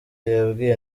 yabwiye